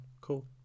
cool